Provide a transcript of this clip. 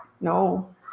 No